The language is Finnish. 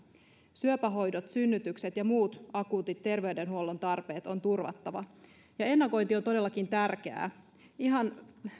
syöpähoidot synnytykset ja muut akuutit terveydenhuollon tarpeet on turvattava ja ennakointi on todellakin tärkeää ihan